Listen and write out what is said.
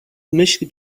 myśli